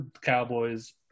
Cowboys